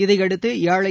இதையடுத்து ஏழை